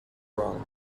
wrong